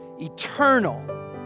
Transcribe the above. eternal